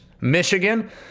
Michigan